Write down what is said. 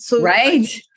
Right